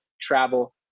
travel